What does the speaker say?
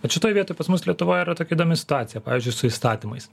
bet šitoj vietoj pas mus lietuvoj yra tokia įdomi situacija pavyzdžiui su įstatymais